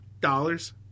dollars